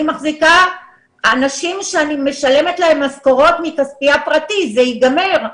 אני מחזיקה אנשים שאני משלמת להם משכורות מכספי הפרטי אבל זה ייגמר.